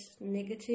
negative